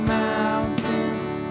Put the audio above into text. mountains